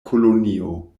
kolonio